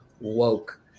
woke